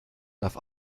darf